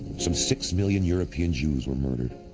some six million european jews were murdered,